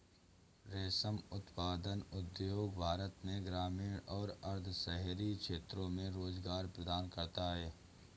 रेशम उत्पादन उद्योग भारत में ग्रामीण और अर्ध शहरी क्षेत्रों में रोजगार प्रदान करता है